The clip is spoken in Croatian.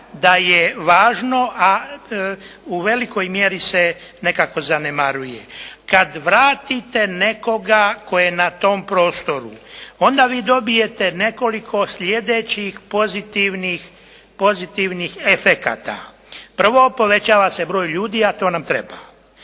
da je važno, a u velikoj mjeri se nekako zanemaruje. Kad vratite nekoga tko je na tom prostoru onda vi dobijete nekoliko sljedećih pozitivnih efekata. Prvo, povećava se broj ljudi, a to nam treba.